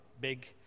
big